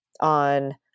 on